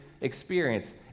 experience